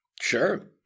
Sure